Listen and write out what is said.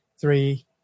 three